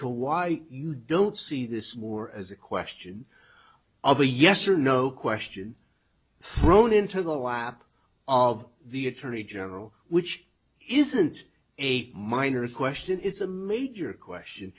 to why you don't see this more as a question of a yes or no question thrown into the lap of the attorney general which isn't a minor question it's a major question